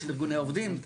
של ארגוני עובדים?